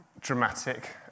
dramatic